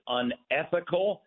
unethical